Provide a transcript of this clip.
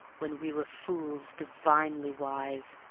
when we were fools divinely wise,